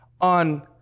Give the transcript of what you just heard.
on